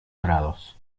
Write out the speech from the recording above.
dorados